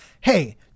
hey